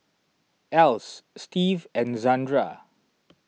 Else Steve and Zandra